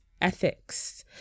ethics